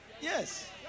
yes